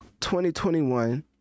2021